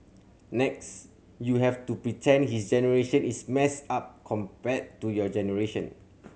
next you have to pretend this generation is messed up compared to your generation